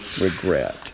regret